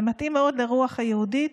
זה מתאים מאוד לרוח היהודית,